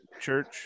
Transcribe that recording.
Church